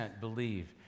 believe